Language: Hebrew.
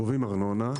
גובים ארנונה,